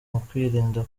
ukwirinda